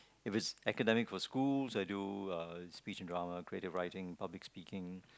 if it's academic for schools I do uh speech dramas creative writing public writing